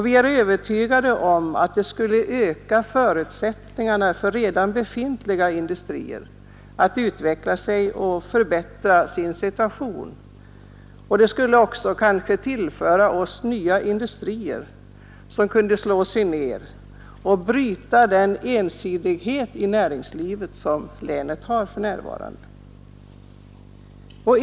Vi är övertygade om «Nr 37 att det skulle öka redan befintliga industriers möjligheter att utveckla sig Torsdagen den och förbättra sin situation, och det skulle kanske också tillföra oss nya 9 mars 1972 industrier som kunde bryta den ensidighet i näringslivet som länet för närvarande har.